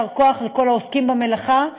יישר כוח לכל העוסקים במלאכה,